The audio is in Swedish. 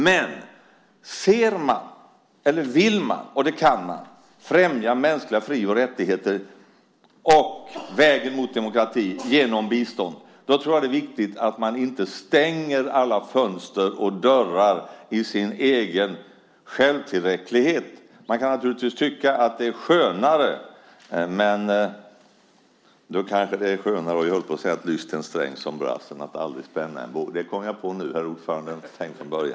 Men om man vill - och om man kan - främja vägen till demokrati genom bistånd är det viktigt att man inte stänger alla fönster och dörrar i sin egen självtillräcklighet. Naturligtvis kan man tycka att det är skönare att göra så, men - "det är skönare lyss till den sträng som brast än att aldrig spänna en båge".